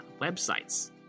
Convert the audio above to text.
websites